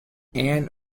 anne